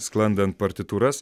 sklandant partitūras